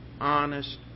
honest